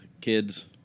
kids